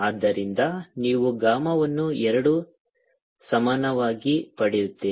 ಆದ್ದರಿಂದ ನೀವು ಗಾಮಾವನ್ನು ಎರಡು ಸಮಾನವಾಗಿ ಪಡೆಯುತ್ತೀರಿ